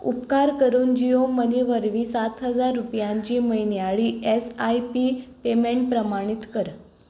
उपकार करून जियो मनी वरवीं सात हजार रुपयांची म्हयन्याळी एस आय पी पेमेंट प्रमाणीत कर